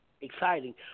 Exciting